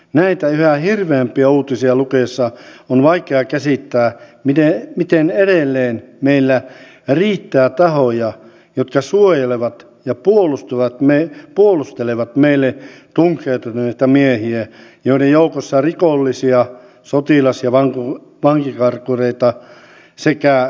näitä yhä hirveämpiä uutisia lukiessa on vaikea käsittää miten edelleen meillä riittää tahoja jotka suojelevat ja puolustelevat meille tunkeutuneita miehiä joiden joukossa on rikollisia sotilas ja vankikarkureita sekä poliiseja